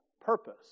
purpose